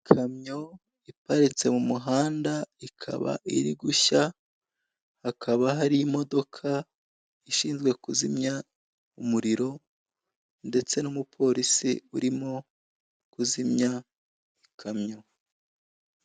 Ikamyo iparitse mu muhanda ikaba iri gushya, hakaba hari imodoka ishinzwe kuzimya umuriro ndetse n'umupolisi urimo kuzimya ikamyo.